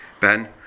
Ben